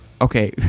Okay